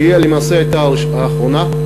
שהיא למעשה הייתה האחרונה,